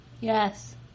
Yes